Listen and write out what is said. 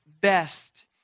best